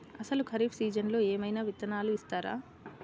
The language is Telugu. అసలు ఖరీఫ్ సీజన్లో ఏమయినా విత్తనాలు ఇస్తారా?